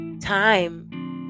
time